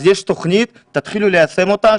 יש תוכנית, תתחילו ליישם אותה.